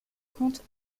comte